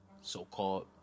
so-called